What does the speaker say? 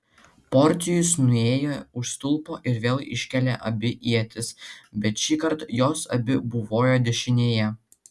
porcijus nuėjo už stulpo ir vėl iškėlė abi ietis bet šįkart jos abi buvojo dešinėje